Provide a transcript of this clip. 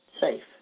Safe